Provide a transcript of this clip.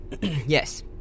Yes